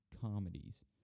comedies